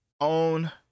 own